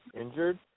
injured